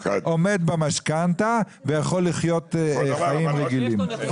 הוא עומד במשכנתה ויכול לחיות חיים רגילים.